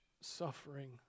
suffering